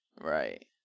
Right